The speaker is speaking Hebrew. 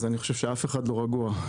אני חושב שאף אחד לא רגוע,